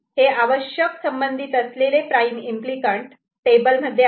हे आवश्यक संबंधित असलेले प्राईम इम्पली कँट टेबल मध्ये आहेत